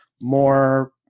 more